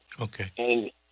Okay